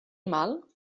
mal